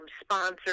sponsors